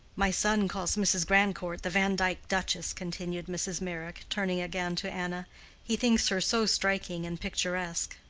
my son calls mrs. grandcourt the vandyke duchess, continued mrs. meyrick, turning again to anna he thinks her so striking and picturesque.